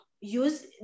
use